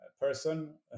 person